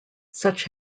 such